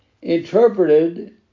interpreted